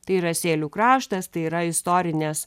tai yra sėlių kraštas tai yra istorinės